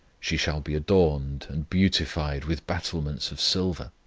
she shall be adorned and beautified with battlements of silver